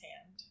hand